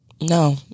no